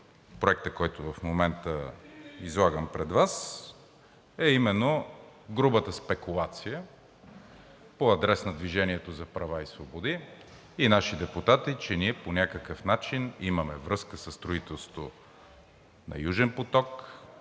Проекта, който в момента излагам пред Вас, е именно грубата спекулация по адрес на „Движение за права и свободи“ и наши депутати, че ние по някакъв начин имаме връзка със строителството на „Южен поток“,